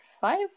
five